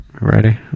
Ready